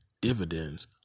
dividends